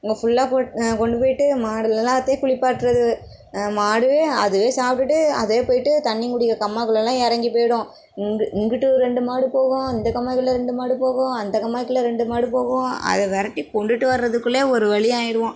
அங்கே ஃபுல்லா கொ கொண்டு போய்ட்டு மாடு எல்லாத்தையும் குளிப்பாட்டுறது மாடு அதுவே சாப்பிட்டுட்டு அதுவே போய்ட்டு தண்ணி குடிக்கும் கம்மாக்குள்ளலாம் இறங்கி போய்டும் இங்கு இங்குட்டு ஒரு ரெண்டு மாடு போகும் இந்த கம்மாய்க்குள்ள ரெண்டு மாடு போகும் அந்த கம்மாய்க்குள்ள ரெண்டு மாடு போகும் அத வெரட்டி கொண்டுட்டு வர்றதுக்குள்ளே ஒரு வழி ஆயிடுவோம்